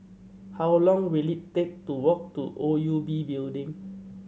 how long will it take to walk to O U B Building